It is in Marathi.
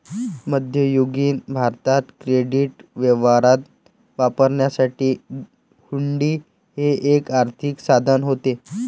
मध्ययुगीन भारतात क्रेडिट व्यवहारात वापरण्यासाठी हुंडी हे एक आर्थिक साधन होते